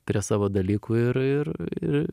prie savo dalykų ir ir ir